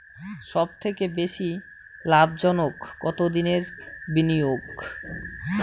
সবথেকে বেশি লাভজনক কতদিনের বিনিয়োগ?